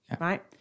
right